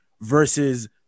versus